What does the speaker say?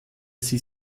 sie